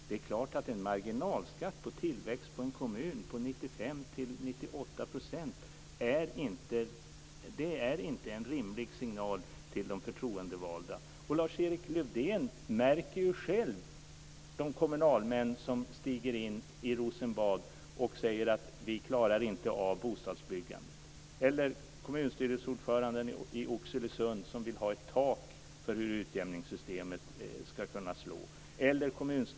Det är klart att en marginalskatt när det gäller tillväxt i en kommun på 95-98 % inte är en rimlig signal till de förtroendevalda. Lars-Erik Lövdén märker själv de kommunalmän som stiger in i Rosenbad och säger att de inte klarar av bostadsbyggandet, eller kommunstyrelseordföranden i Oxelösund som vill ha ett tak för hur utjämningssystemet ska kunna slå.